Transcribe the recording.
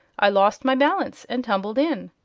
i lost my balance and tumbled in.